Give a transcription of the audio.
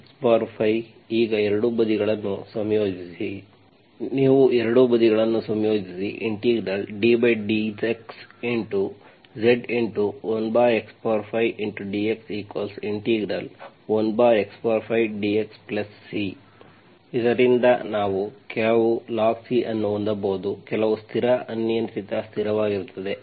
ಈಗ ಎರಡೂ ಬದಿಗಳನ್ನು ಸಂಯೋಜಿಸಿ ನೀವು ಎರಡೂ ಬದಿಗಳನ್ನು ಸಂಯೋಜಿಸಿ ddxZ 1x5dx 1x5dxC ಇದರಿಂದ ನಾವು ಇಲ್ಲಿ ಕೆಲವು ಲಾಗ್ C ಅನ್ನು ಹೊಂದಬಹುದು ಕೆಲವು ಸ್ಥಿರ ಅನಿಯಂತ್ರಿತ ಸ್ಥಿರವಾಗಿರುತ್ತದೆ